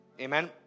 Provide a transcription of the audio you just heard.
amen